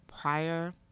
prior